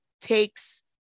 takes